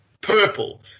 purple